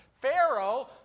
Pharaoh